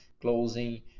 closing